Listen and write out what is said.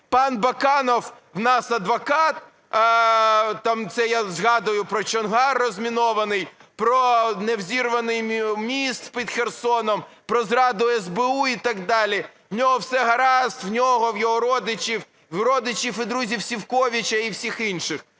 Пан Баканов у нас адвокат, там це я згадую про Чонгар розмінований, про непідірваний міст під Херсоном, про зраду СБУ і так далі. У нього все гаразд, у нього, в його родичів, в родичів і друзів Сівковича і всіх інших.